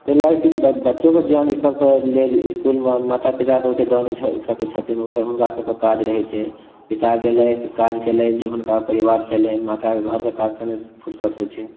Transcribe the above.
तैं लेल किछु बच्चोके किछु ज्ञान इसब के लेल इसकुलमे माता पिता तऽ ओते दऽ नहि सकै छथिन ओसब हुनका सबके काज रहे छै पिता गेलथि काज केलथि जे हुनका परिवार चलनि माता के घर के काजसँ नहि फुर्सत होइ छै